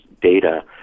data